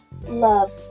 love